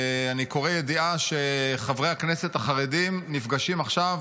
אני קורא ידיעה שחברי הכנסת החרדים נפגשים עכשיו